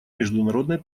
международной